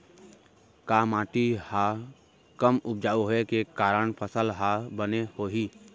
का माटी हा कम उपजाऊ होये के कारण फसल हा बने होही?